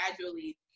gradually